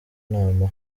nama